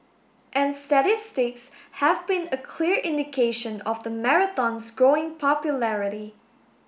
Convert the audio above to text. and statistics have been a clear indication of the marathon's growing popularity